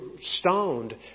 stoned